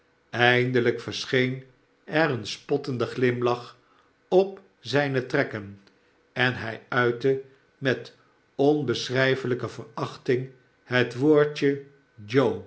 eindelijk verscheen er een spottende glimlach op zijne trekken en hij uitte met onbeschrijfelijke verachting het woordje